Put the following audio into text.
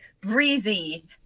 breezy